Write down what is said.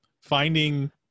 Finding